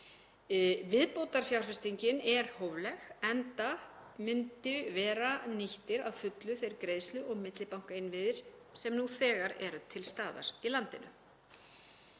Viðbótarfjárfestingin er hófleg, enda myndu vera nýttir að fullu þeir greiðslu- og millibankainnviðir sem nú þegar eru til staðar í landinu.